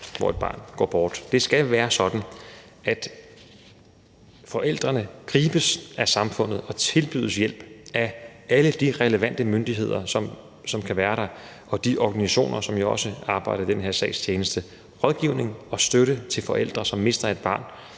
hvor et barn går bort. Det skal være sådan, at forældrene gribes af samfundet og tilbydes hjælp af alle de relevante myndigheder, som kan være der, og de organisationer, som jo også arbejder i den her sags tjeneste. Rådgivning og støtte til forældre, som mister et barn,